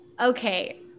Okay